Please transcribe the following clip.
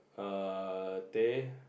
err teh